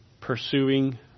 pursuing